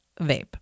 vape